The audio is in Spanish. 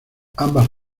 ambas